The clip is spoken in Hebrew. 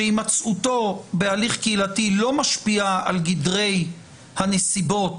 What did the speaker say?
שהימצאותו בהליך קהילתי לא משפיעה על גדרי הנסיבות